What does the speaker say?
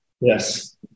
Yes